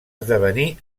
esdevenir